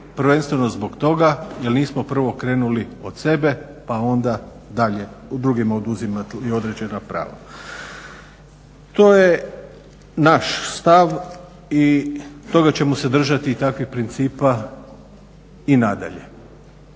prvenstveno zbog toga jel nismo prvo krenuli od sebe pa onda dalje drugima oduzimati određena prava. To je naš stav i toga ćemo se držati i takvih principa i nadalje.